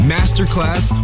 Masterclass